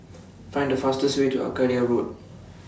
Find The fastest Way to Arcadia Road